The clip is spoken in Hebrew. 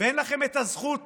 ואין לכם את הזכות